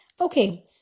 okay